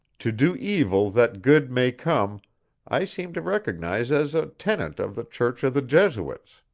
to do evil that good may come i seem to recognize as a tenet of the church of the jesuits.